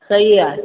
सही आहे